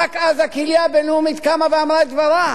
רק אז הקהילה הבין-לאומית קמה ואמרה את דברה.